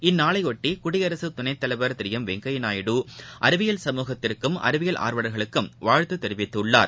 இந்நாளையொட்டி குடியரசு துணைத்தலைவர் திரு எம் வெங்கையா நாயுடு அறிவியல் சமூகத்திற்கும் அறிவியல் ஆர்வலர்களுக்கும் வாழ்த்து தெரிவித்துள்ளார்